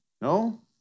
No